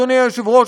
אדוני היושב-ראש,